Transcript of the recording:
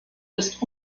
ist